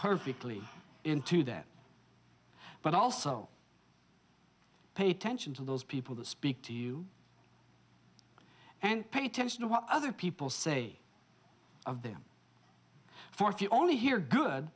perfectly into that but also pay attention to those people that speak to you and pay attention to what other people say of them for if you only hear good